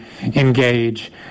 engage